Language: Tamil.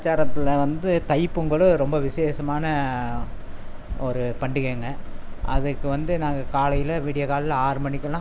வந்து தைப்பொங்கல் ரொம்ப விசேஷமான ஒரு பண்டிகைங்க அதுக்கு வந்து நாங்கள் காலையில விடிய காலையில ஆறு மணிக்கெல்லாம்